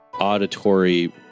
auditory